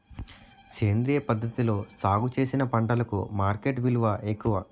సేంద్రియ పద్ధతిలో సాగు చేసిన పంటలకు మార్కెట్ విలువ ఎక్కువ